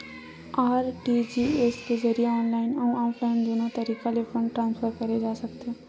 RTGS के जरिए online अउ ऑफलाइन दुनो तरीका ले फंड ट्रांसफर करे जा सकथे